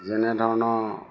যেনেধৰণৰ